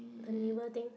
the neighbour thing